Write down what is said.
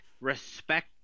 respect